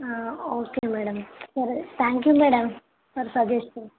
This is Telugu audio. ఓకే మేడం సరే thank you madam for suggestion